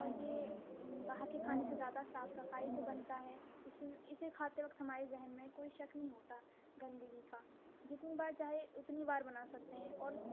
اور یہ باہر کے کھانے سے زیادہ صاف صفائی سے بنتا ہے اس میں اسے کھاتے وقت ہمارے ذہن میں کوئی شک نہیں ہوتا گندگی کا جتنی بار چاہے اتنی بار بنا سکتے ہیں اور